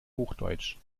hochdeutsch